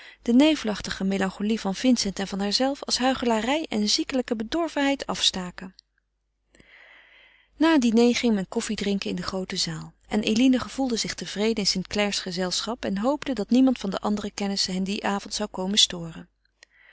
de nevelachtige melancholie van vincent en van haarzelve als huichelarij en ziekelijke bedorvenheid afstaken na het diner ging men koffie drinken in de groote zaal en eline gevoelde zich tevreden in st clare's gezelschap en hoopte dat niemand van de andere kennissen hen dien avond zou komen storen